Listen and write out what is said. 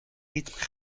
rythme